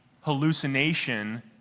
hallucination